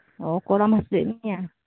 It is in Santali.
ᱚ ᱠᱚᱲᱟᱢ ᱦᱟᱹᱥᱩᱭᱮᱫ ᱢᱮᱭᱟ